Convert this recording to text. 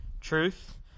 truth